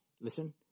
listen